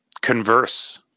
converse